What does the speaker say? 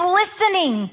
listening